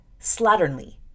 slatternly